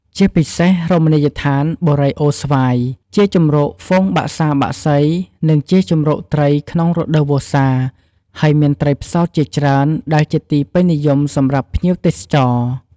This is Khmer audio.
ជាពិសេសរមណីដ្ឋានបូរីអូរស្វាយ ជាជម្រកហ្វូងបក្សាបក្សី និង ជាជម្រកត្រីក្នុងរដូវវស្សា ហើយមានត្រីផ្សោតជាច្រើន ដែលជាទីពេញនិយមសម្រាប់ភ្ញៀវទេសចរ។